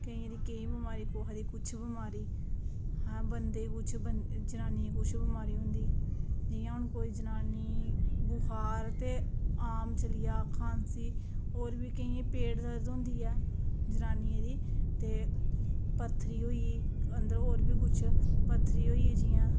केइयें दी कोई बमारी केइयें दी कुछ बमारी आं बंदें गी कुछ जनानियें गी कुछ बमारी होंदी जियां हून कोई जनानी गी बुखार ते आम चली आ खांसी होर बी केइयें गी पेट दर्द होंदी ऐ जरानियें गी ते पत्थरी होई ते होर बी कुछ पत्थरी होई जियां